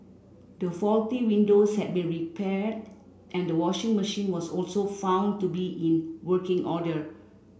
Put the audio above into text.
the faulty windows had been repaired and the washing machine was also found to be in working order